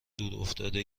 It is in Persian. دورافتاده